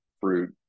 fruit